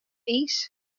iis